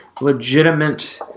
legitimate